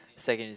secondary